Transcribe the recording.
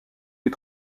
les